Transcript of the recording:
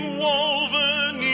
woven